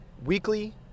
Weekly